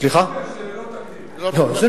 תודיע שזה לא תקדים.